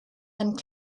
and